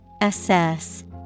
Assess